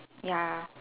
ya